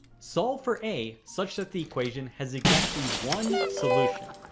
solve for a, such that the equation has exactly one solution.